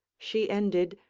she ended,